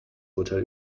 urteil